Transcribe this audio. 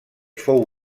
fou